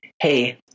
Hey